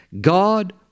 God